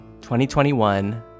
2021